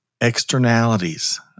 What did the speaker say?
externalities